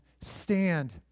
stand